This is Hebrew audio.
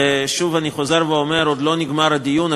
ושוב אני חוזר ואומר: עוד לא נגמר הדיון,